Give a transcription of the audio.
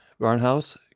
barnhouse